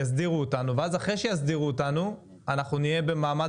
יסדירו אותנו ואז אחרי שיסדירו אותנו אנחנו נהיה במעמד